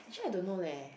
actually I don't know leh